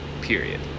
Period